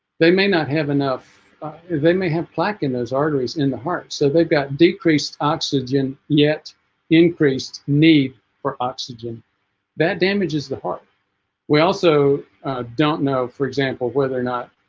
they may not have enough if they may have plaque in those arteries in the heart so they've got decreased oxygen yet increased need for oxygen that damages the heart we also don't know for example whether or not